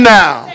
now